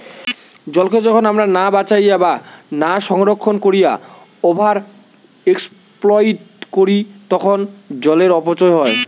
জলকে যখন আমরা না বাঁচাইয়া বা না সংরক্ষণ কোরিয়া ওভার এক্সপ্লইট করি তখন জলের অপচয় হয়